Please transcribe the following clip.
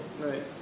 Right